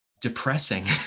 depressing